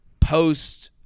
post-